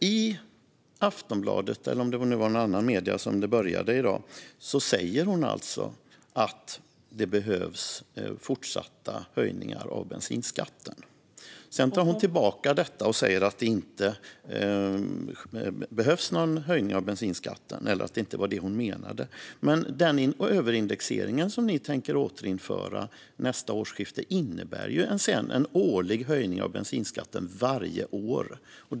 I Aftonbladet, eller om det nu var någon annanstans i medierna som det började i dag, säger hon alltså att det behövs fortsatta höjningar av bensinskatten. Sedan tar hon tillbaka detta och säger att det inte behövs någon höjning av bensinskatten, eller att det inte var det hon menade. Den överindexering ni tänker återinföra vid nästa årsskifte innebär dock en årlig höjning av bensinskatten, infrastrukturministern.